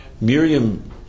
Miriam